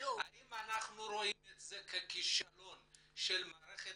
האם אנחנו רואים את זה ככישלון של מערכת